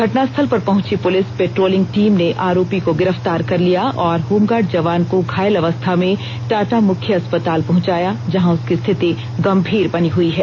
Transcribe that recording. घटनास्थल पर पहुंची पुलिस पेट्रोलिंग टीम ने आरोपी को गिरफ्तार कर लिया और होमगार्ड जवान को घायल अवस्था में टाटा मुख्य अस्पताल पहुंचाया जहां उसकी स्थिति गंभीर बनी हुई है